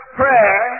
prayer